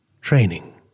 Training